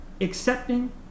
accepting